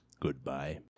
Goodbye